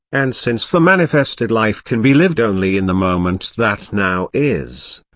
and since the manifested life can be lived only in the moment that now is,